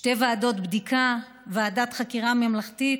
שתי ועדות בדיקה, ועדת חקירה ממלכתית,